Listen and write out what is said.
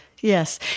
Yes